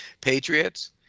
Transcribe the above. Patriots